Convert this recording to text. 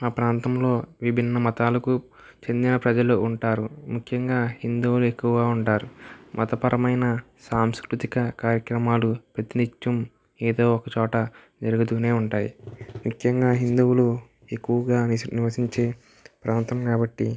మా ప్రాంతంలో విభిన్న మతాలకు చెందిన ప్రజలు ఉంటారు ముఖ్యంగా హిందువులు ఎక్కువగా ఉంటారు మతపరమైన సాంస్కృతిక కార్యక్రమాలు ప్రతినిత్యం ఏదో ఒకచోట జరుగుతూనే ఉంటాయి ముఖ్యంగా హిందువులు ఎక్కువగా నివసిం నివసించే ప్రాంతం కాబట్టి